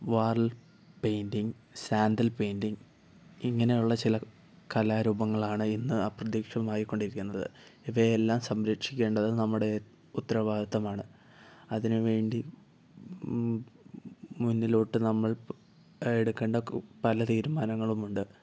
Warli painting Santal painting ഇങ്ങനെയുള്ള ചില കലാരൂപങ്ങളാണ് ഇന്ന് അപ്രത്യക്ഷമായിക്കൊണ്ടിരിക്കുന്നത് ഇവയെല്ലാം സംരക്ഷിക്കേണ്ടത് നമ്മുടെ ഉത്തരവാദിത്തമാണ് അതിനുവേണ്ടി മു മുന്നിലോട്ട് നമ്മൾ എടുക്കണ്ട പല തീരുമാനങ്ങളുമുണ്ട്